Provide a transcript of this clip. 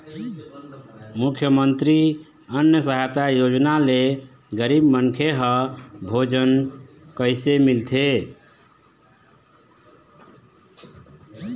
मुख्यमंतरी अन्न सहायता योजना ले गरीब मनखे ह भोजन कइसे मिलथे?